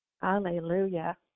Hallelujah